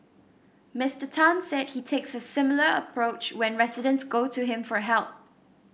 Mister Tan said he takes a similar approach when residents go to him for help